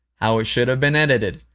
how it should have been edited,